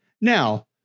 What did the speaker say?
Now